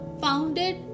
founded